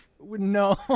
No